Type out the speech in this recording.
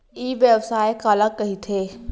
ई व्यवसाय काला कहिथे?